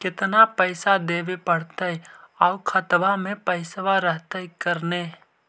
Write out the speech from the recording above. केतना पैसा देबे पड़तै आउ खातबा में पैसबा रहतै करने?